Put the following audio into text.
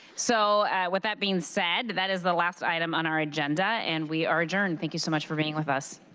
so with that being said, that is the last item on our agenda, and we are adjourned. thank you so much for being here with us.